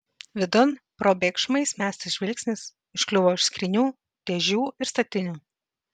vidun probėgšmais mestas žvilgsnis užkliuvo už skrynių dėžių ir statinių